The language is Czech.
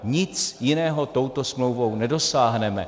Nic jiného touto smlouvou nedosáhneme.